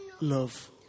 love